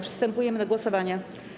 Przystępujemy do głosowania.